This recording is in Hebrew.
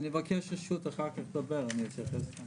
אני אבקש רשות אחר כך לדבר, אני אתייחס לזה.